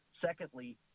Secondly